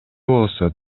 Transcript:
болсо